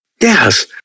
Yes